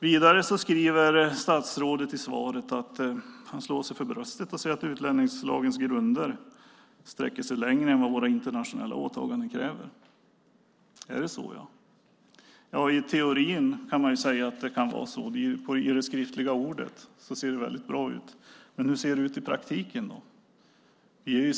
Vidare slår statsrådet sig för bröstet och skriver i svaret att utlänningslagens grunder sträcker sig längre än våra internationella åtaganden kräver. Är det så? Man kan säga att det kan vara så i teorin. I skrift ser det väldigt bra ut. Men hur ser det ut i praktiken?